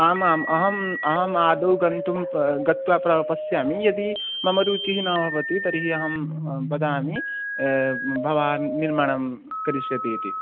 आम् आम् अहम् अहम् आदौ गन्तुं गत्वा पश् पश्यामि यदि मम रुचिः न भवति तर्हि अहं बदामि भवान् निर्माणं करिष्यति इति